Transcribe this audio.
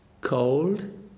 cold